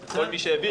פורמלי.